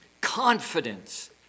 confidence